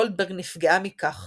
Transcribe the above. גולדברג נפגעה מכך